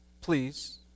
please